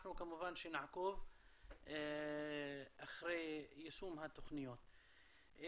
אנחנו כמובן שנעקוב אחרי יישום התוכניות.